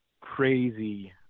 crazy –